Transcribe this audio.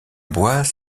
bois